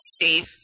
safe